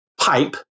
pipe